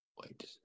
wait